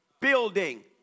building